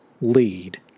lead